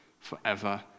forever